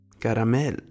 Caramel